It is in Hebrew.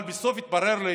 אבל בסוף התברר לי